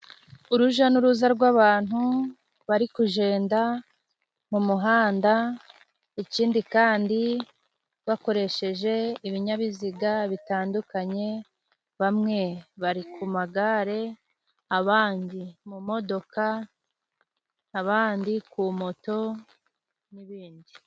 Uruja n'uruza rw'abantu bari kujenda mu muhanda, ikindi kandi bakoresheje ibinyabiziga bitandukanye, bamwe bari ku magare, abandi mu modoka, abandi ku moto n'ibindi.